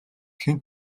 хэн